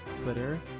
Twitter